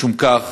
משום כך,